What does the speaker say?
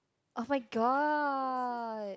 oh-my-god